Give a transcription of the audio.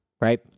right